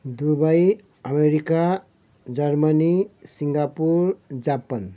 Dubai America Germany Singapore Japan